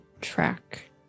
track